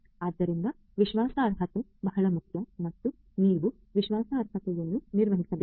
ಆದ್ದರಿಂದ ವಿಶ್ವಾಸಾರ್ಹತೆ ಬಹಳ ಮುಖ್ಯ ಮತ್ತು ನೀವು ವಿಶ್ವಾಸಾರ್ಹತೆಯನ್ನು ನಿರ್ವಹಿಸಬೇಕು